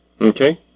Okay